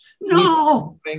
no